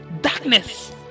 darkness